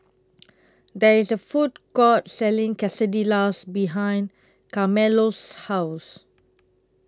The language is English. There IS A Food Court Selling Quesadillas behind Carmelo's House